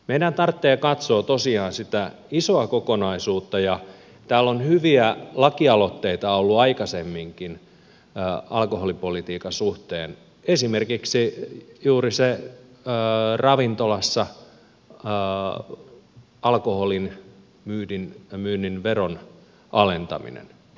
meidän tarvitsee katsoa tosiaan sitä isoa kokonaisuutta ja täällä on hyviä lakialoitteita ollut aikaisemminkin alkoholipolitiikan suhteen esimerkiksi juuri se ravintolassa alkoholin myynnin veron alentaminen